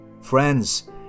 Friends